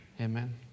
Amen